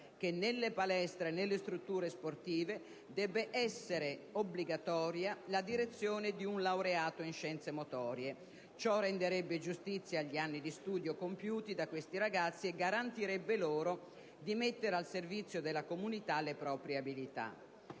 che nelle palestre e nelle strutture sportive debba essere obbligatoria la direzione di un laureato in scienze motorie: ciò renderebbe giustizia agli anni di studio compiuti da questi ragazzi e garantirebbe loro di mettere al servizio della comunità le proprie abilità.